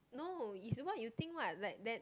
no his what you think what like that